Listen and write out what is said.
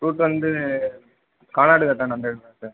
root வந்து கானாடுகாத்தான் அந்த இது தான் சார்